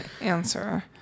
answer